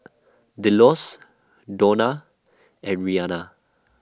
Delos Donna and Rianna